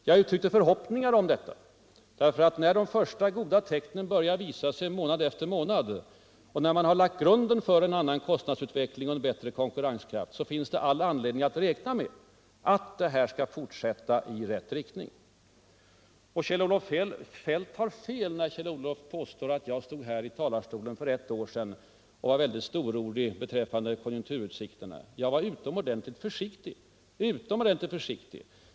Jag uttryckte emellertid en förhoppning om detta, för när de första goda tecknen har börjat visa sig månad efter månad och när man har lagt grunden för en annan kostnadsutveckling och bättre konkurrenskraft, finns det all anledning att räkna med att utvecklingen skall fortsätta i rätt riktning. : Kjell-Olof Feldt har fel när han påstår att jag för ett år sedan stod här i talarstolen och var väldigt storordig beträffande konjunkturutsikterna. Jag var utomordentligt försiktig.